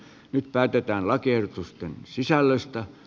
nyt päätetään lakiehdotusten sisällöstä